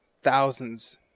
thousands